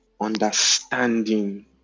understanding